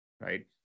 right